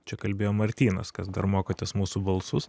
čia kalbėjo martynas kas dar mokotės mūsų balsus